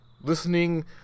listening